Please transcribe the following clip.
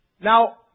Now